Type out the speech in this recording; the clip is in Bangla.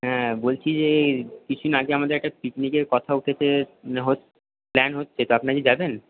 হ্যাঁ বলছি যে কিছুদিন আগে আমাদের একটা পিকনিকের কথা উঠেছে প্ল্যান হচ্ছে তো আপনি কি যাবেন